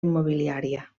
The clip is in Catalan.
immobiliària